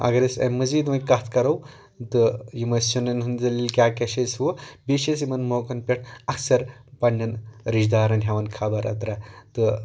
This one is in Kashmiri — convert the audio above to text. اگر أسۍ اَمہِ مٔزیٖد وۄنۍ کَتھ کرو تہٕ یِم ٲسۍ سِنیٚن ہُنٛد دٔلیٖل کیاہ کیاہ چھ ہُہ بیٚیِہ چھٕ أسۍ یِمَن موقعن پٮ۪ٹھ اکثر پنٛنٮ۪ن رِشتہٕ دارَن ہیٚوان خَبر اَتَرا تہٕ